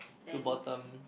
two bottom